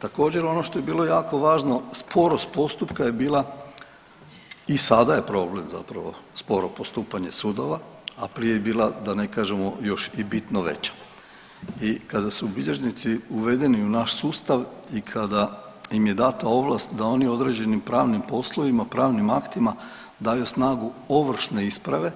Također ono što je bilo jako važno sporost postupka je bila i sada je problem zapravo sporo postupanje sudova, a prije je bila da ne kažemo još i bitno veća i kada su bilježnici uvedeni u naš sustav i kada im je data ovlast da oni određenim pravnim poslovima i pravnim aktima daju snagu ovršne isprave